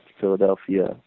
Philadelphia